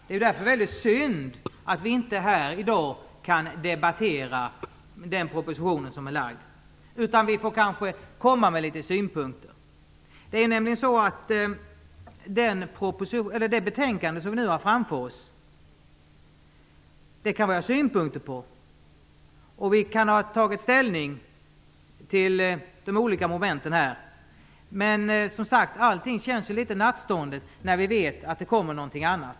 Det är därför väldigt synd att vi inte här i dag kan debattera den proposition som är framlagd. Vi får kanske komma med litet synpunkter. Det betänkande vi nu har framför oss kan vi ha synpunkter på, och vi kan ha tagit ställning till de olika momenten här, men allt känns ju som sagt litet nattståndet när vi vet att det kommer någonting annat.